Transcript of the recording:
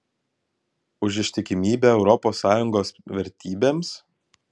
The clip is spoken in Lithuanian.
už ištikimybę europos sąjungos vertybėms